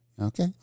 Okay